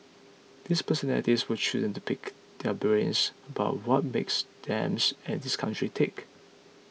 these personalities were chosen to pick their brains about what makes them and this country tick